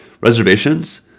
reservations